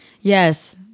Yes